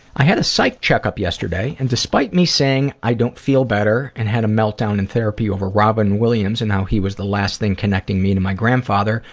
i had a psych checkup yesterday and, despite me saying i don't feel better and had a meltdown in therapy over robin williams and how he was the last thing connecting me to my grandfather,